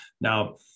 Now